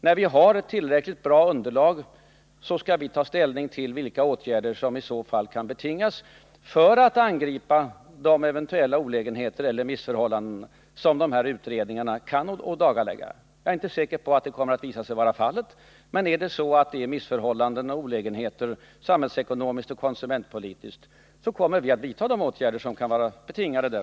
När vi har ett tillräckligt bra underlag skall vi ta ställning till vilka åtgärder som kan bli nödvändiga för att angripa de eventuella olägenheter eller missförhållanden som utredningarna kan ådagalägga. Om det alltså visar sig att kreditkorten medför missförhållanden och olägenheter, samhällsekonomiskt och konsumentpolitiskt, kommer vi att vidta erforderliga åtgärder.